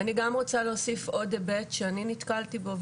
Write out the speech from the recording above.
אני גם רוצה להוסיף עוד היבט שאני נתקלתי בו,